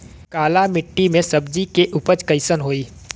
काली मिट्टी में सब्जी के उपज कइसन होई?